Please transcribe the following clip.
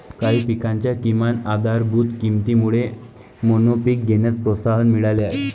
काही पिकांच्या किमान आधारभूत किमतीमुळे मोनोपीक घेण्यास प्रोत्साहन मिळाले आहे